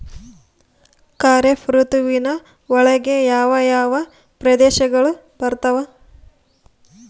ಖಾರೇಫ್ ಋತುವಿನ ಒಳಗೆ ಯಾವ ಯಾವ ಪ್ರದೇಶಗಳು ಬರ್ತಾವ?